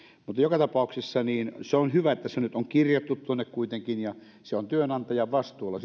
mutta joka tapauksessa on hyvä että se nyt on kirjattu tuonne kuitenkin ja että se on työnantajan vastuulla